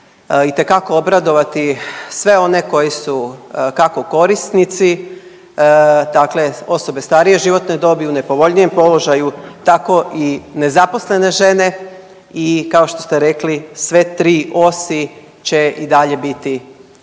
itekako obradovati sve one koji su kako korisnici, dakle osobe starije životne dobi u nepovoljnijem položaju, tako i nezaposlene žene i kao što ste rekli sve tri osi će i dalje biti